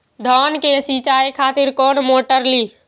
धान के सीचाई खातिर कोन मोटर ली?